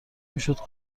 میشد